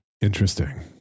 interesting